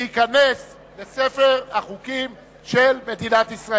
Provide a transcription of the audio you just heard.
אני קובע שהצעת חוק משפחות חיילים שנספו